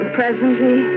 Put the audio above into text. presently